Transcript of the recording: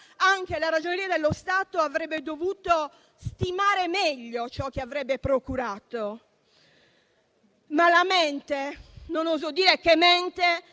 anche la Ragioneria dello Stato avrebbe dovuto stimare meglio ciò che avrebbe procurato. Ma la mente - non oso dire che mente